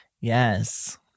Yes